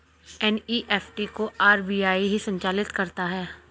NEFT को RBI ही संचालित करता है